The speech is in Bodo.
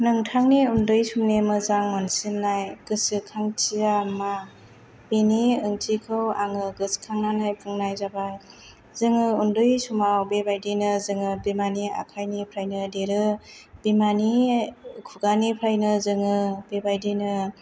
नोंथांनि उन्दै समनि मोजां मोनसिननाय गोसोखांथिया मा बेनि सोंथिखौ आङो गोसोखांनानै बुंनाय जाबाय जोङो उन्दै समाव बेबायदिनो जोङो बिमानि आखाइ निफ्रायनो देरो बिमानि खुगानिफ्रायनो जोङो बेबादिनो